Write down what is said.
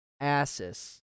asses